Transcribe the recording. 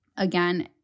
Again